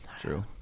True